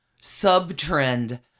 sub-trend